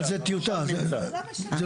אבל זה טיוטה, זה לא סגור.